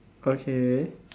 okay